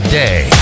day